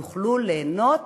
יוכלו ליהנות